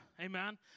amen